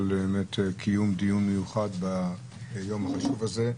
על קיום דיון מיוחד ביום החשוב הזה.